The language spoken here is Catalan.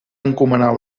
encomanar